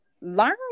Learn